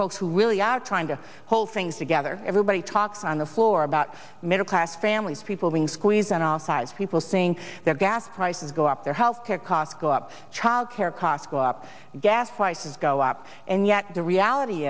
folks who really are trying to hold things together everybody talks on the floor about middle class families people being squeezed on all sides people saying their gas prices go up their health care costs go up child care costs go up gas prices go up and yet the reality